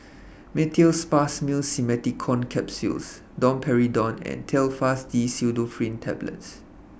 Meteospasmyl Simeticone Capsules Domperidone and Telfast D Pseudoephrine Tablets